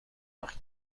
وقت